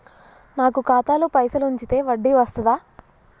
నాకు ఖాతాలో పైసలు ఉంచితే వడ్డీ వస్తదా?